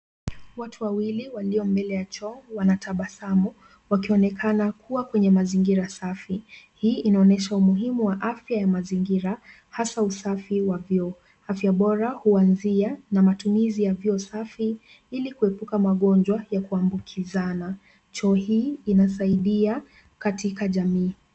Watu wawili waliombele ya choo wanatabasamu wakionekana kuwa kwenye mazingira safi hii inaonyesha umuhimu wa afya ya mazingira hasa usafi wa vyoo afya bora huanzia na matumizi ya vyoo safi ili kuepuka magonjwa ya kuambukizana. Choo hii inasaidia katika jamii.